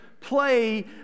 play